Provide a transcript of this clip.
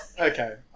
Okay